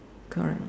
correct